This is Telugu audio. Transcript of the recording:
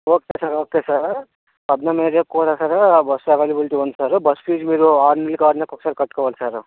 ఓకే సార్ ఓకే సార్ ఏరియాకు కూడా బస్ అవైలబిలిటీ ఉంది సారు బస్ ఫీసు మీరు ఆరు నెలలకు ఆరు నెలలకు ఒకసారి కట్టుకోవాలి సారు